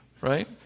Right